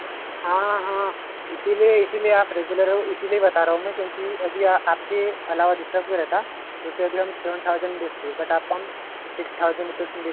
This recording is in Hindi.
हाँ हाँ इसलिए इसलिए आप रेगुलर हो इसलिए बता रहा हूं मैं क्योंकि अभी आपके अलावा दूसरा कोई रहता तो उसे अभी हम सेवन थाऊज़ेंड में बेचते बट आपको हम सिक्स थाउज़ेंड रुपीज़ में बेच रहा हूं